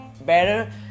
better